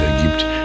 gibt